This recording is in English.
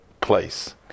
place